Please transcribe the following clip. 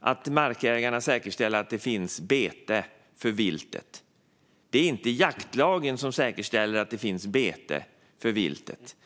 att markägarna säkerställer att det finns bete för viltet. Det är inte jaktlagen som säkerställer att det finns bete för viltet.